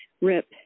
rip